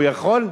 הוא יכול?